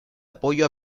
apoyo